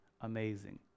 amazing